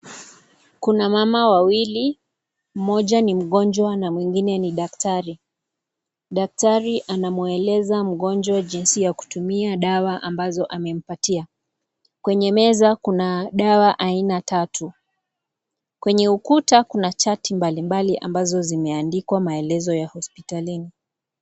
Kuna mama wawili mmoja ni mgonjwa mwingine ni daktari. Daktari anamueleza mgonjwa jinsi ya kutumia dawa ambazo amempatia, kwenye meza kuna dawa aina tatu ,kwenye ukuta kuna chati mbali mbali ambazo zimeandikwa maelezo ya hospitalini.